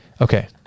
Okay